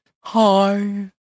Hi